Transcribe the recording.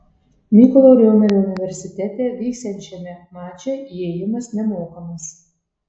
mykolo romerio universitete vyksiančiame mače įėjimas nemokamas